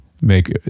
make